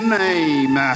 name